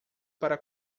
para